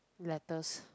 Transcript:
letters